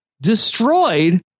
destroyed